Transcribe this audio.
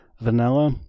Vanilla